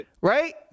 Right